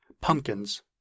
Pumpkins